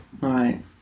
Right